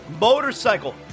motorcycle